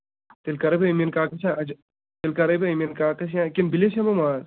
تیٚلہِ کرَے بہٕ أمیٖن کاکَس تیٚلہِ کرَے بہٕ أمیٖن کاکَس یا کِنہٕ بِلِس ہٮ۪مو ماز